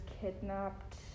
kidnapped